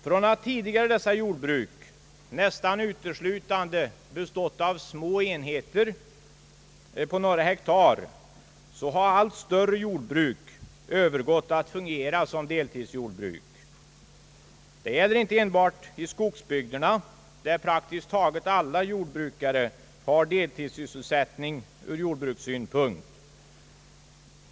Från att dessa jordbruk tidigare nästan uteslutande bestått av små enheter på några hektar har allt större jordbruk övergått att fungera såsom deltidsjordbruk. Detta gäller inte enbart skogsbygderna där praktiskt taget alla jordbrukare har deltidssysselsättning ur jordbrukssynpunkt.